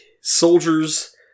soldiers